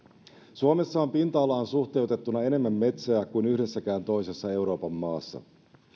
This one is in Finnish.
suomessa on pinta alaan suhteutettuna enemmän metsää kuin yhdessäkään toisessa euroopan maassa